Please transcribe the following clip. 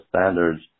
standards